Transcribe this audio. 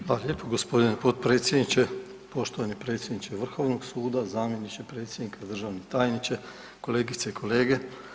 Hvala lijepo g. potpredsjedniče, poštovani predsjedniče vrhovnog suda, zamjeniče predsjednika, državni tajniče, kolegice i kolege.